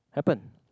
happen